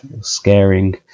scaring